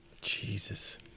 jesus